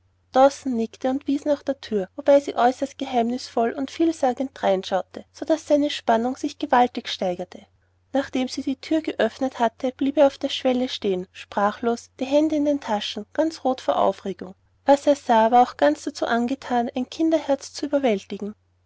nickte und wies nach der thür wobei sie äußerst geheimnisvoll und vielsagend drein schaute so daß seine spannung sich gewaltig steigerte nachdem sie die thür geöffnet hatte blieb er auf der schwelle stehen sprachlos die hände in den taschen ganz rot vor aufregung was er sah war auch ganz dazu angethan ein kinderherz zu überwältigen